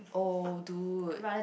oh dude